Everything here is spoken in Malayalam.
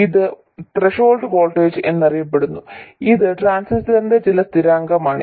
ഇത് ത്രെഷോൾഡ് വോൾട്ടേജ് എന്നറിയപ്പെടുന്നു ഇത് ട്രാൻസിസ്റ്ററിന്റെ ചില സ്ഥിരാങ്കമാണ്